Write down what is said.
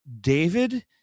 David